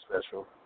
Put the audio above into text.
special